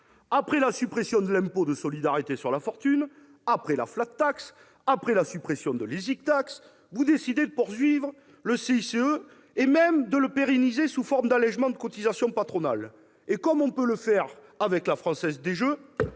Après la suppression de l'impôt de solidarité sur la fortune, après la, après la suppression de l', vous décidez de poursuivre avec le CICE, et même de le pérenniser sous forme d'allégements de cotisations patronales. Et comme on peut le faire à la Française des jeux,